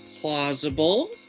plausible